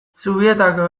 zubietako